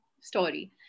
story